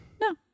No